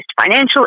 financial